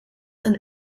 and